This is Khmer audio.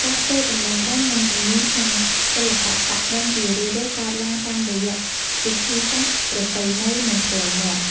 ការផ្ទេរចំណេះដឹង និងជំនាញក្នុងសិល្បៈប៉ាក់-ឌិន ជារឿយៗកើតឡើងតាមរយៈវិធីសាស្ត្រប្រពៃណី និងផ្ទាល់មាត់។